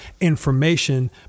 information